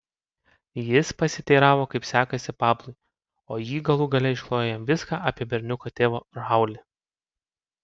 jis pasiteiravo kaip sekasi pablui o ji galų gale išklojo jam viską apie berniuko tėvą raulį